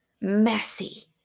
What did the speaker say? messy